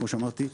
כמו שאמרתי,